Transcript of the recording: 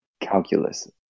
calculus